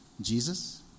Jesus